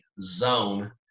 zone